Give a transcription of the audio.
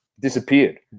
Disappeared